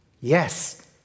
Yes